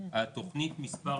התוכנית מספר